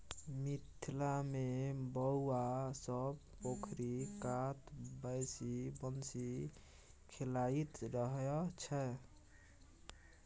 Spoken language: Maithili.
मिथिला मे बौआ सब पोखरि कात बैसि बंसी खेलाइत रहय छै